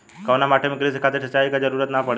कउना माटी में क़ृषि खातिर सिंचाई क जरूरत ना पड़ेला?